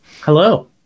hello